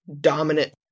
dominant